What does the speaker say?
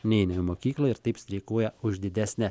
neina į mokyklą ir taip streikuoja už didesnę